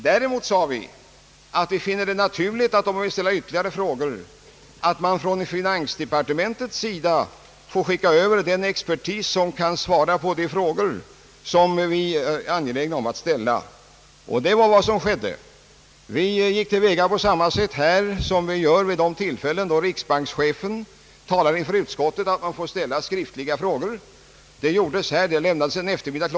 Däremot sade vi att vi fann det naturligt, om någon ledamot ville ställa ytterligare frågor, att finansdepartementet skickade över experter som kunde svara på de frågor som ledamöterna var angelägna om att ställa. Detta var desto naturligare då propositionen är en regeringens produkt. Det var också vad som skedde. Vi gick till väga på samma sätt som vi gör vid de tilifällen då riksbankschefen talar inför utskottet. Utskottsledamöterna får ställa skriftliga frågor. Så gjordes i detta fall. Frågorna lämnades en eftermiddag kl.